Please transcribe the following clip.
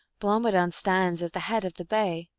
blomidon stands at the head of the bay,